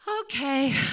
Okay